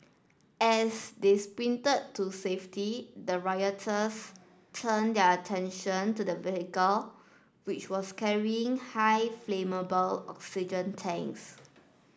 as they sprinted to safety the rioters turned their attention to the vehicle which was carrying high flammable oxygen tanks